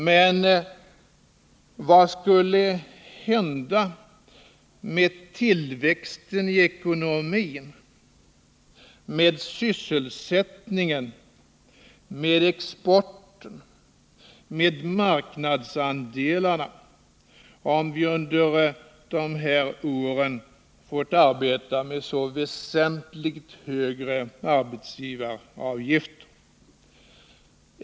Men vad skulle hända med tillväxten i ekonomin, med sysselsättningen, med exporten, med marknadsandelarna, om vi under de här åren fått arbeta med så väsentligt högre arbetsgivaravgifter?